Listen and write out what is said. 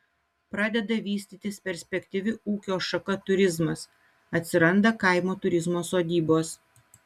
pradeda vystytis perspektyvi ūkio šaka turizmas atsiranda kaimo turizmo sodybos